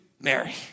Mary